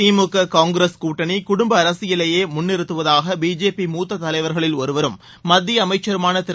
திமுக காங்கிரஸ் கூட்டணி குடும்ப அரசியலையே முன்னிறுத்துவதாக பிஜேபி மூத்த தலைவர்களில் ஒருவரும் மத்திய அமைச்சருமான திரு